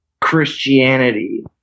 Christianity